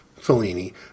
Fellini